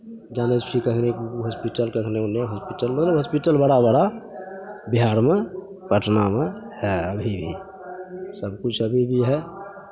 जानै छियै कखनहु हॉस्पिटल कखनहु नहि हॉस्पिटल बड़ा बड़ा बिहारमे पटनामे हए अभी भी सभकिछु अभी भी हए